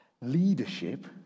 leadership